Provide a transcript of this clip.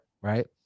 right